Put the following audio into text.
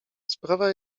sprawa